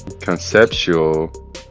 conceptual